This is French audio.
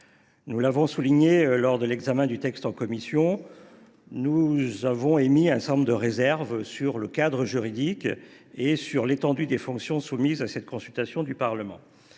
nous l’avons indiqué lors de l’examen du texte en commission, nous émettons un certain nombre de réserves sur le cadre juridique et sur l’étendue des fonctions soumises à la consultation du Parlement.